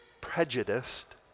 prejudiced